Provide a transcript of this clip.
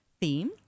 theme